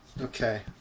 Okay